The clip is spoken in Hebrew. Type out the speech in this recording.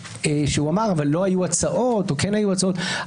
שהוא אמר: אבל לא היו הצעות או כן היו הצעות.